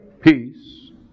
peace